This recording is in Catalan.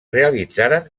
realitzaren